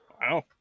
wow